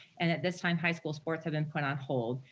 and at this time high school sports have been put on hold.